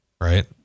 Right